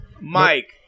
Mike